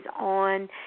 on